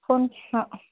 हो न हं